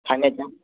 खाण्याच्या